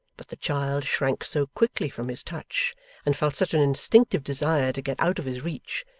but the child shrank so quickly from his touch and felt such an instinctive desire to get out of his reach,